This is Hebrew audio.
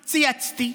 צייצתי,